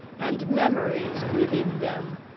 and memories within them.